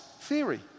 theory